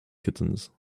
kittens